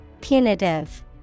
Punitive